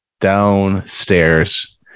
downstairs